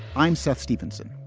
i'm seth stevenson.